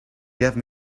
gave